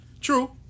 true